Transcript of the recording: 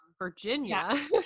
Virginia